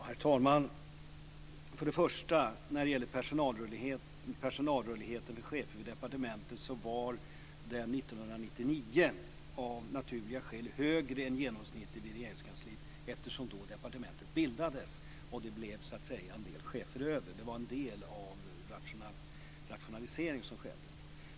Herr talman! För det första: Personalrörligheten för chefer vid Näringsdepartementet var år 1999 av naturliga skäl högre än genomsnittet i Regeringskansliet eftersom det var då som Näringsdepartementet bildades och en del chefer så att säga blev över - det var ju en del av den rationalisering som skedde.